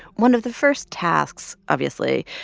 one of the first tasks, obviously,